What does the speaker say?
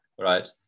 right